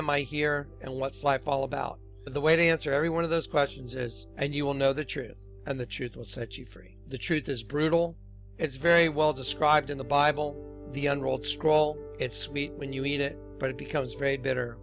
am i here and what's life all about the way they answer every one of those questions as and you will know the truth and the truth will set you free the truth is brutal it's very well described in the bible the enrolled scrawl it's sweet when you need it but it becomes very bitter